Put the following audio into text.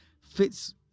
fits